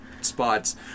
spots